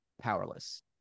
powerless